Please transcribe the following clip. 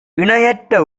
இணையற்ற